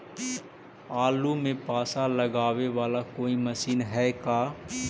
आलू मे पासा लगाबे बाला कोइ मशीन है का?